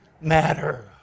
matter